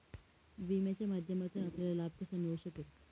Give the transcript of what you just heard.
विम्याच्या माध्यमातून आपल्याला लाभ कसा मिळू शकेल?